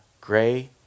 gray